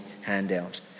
handout